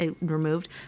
removed